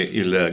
il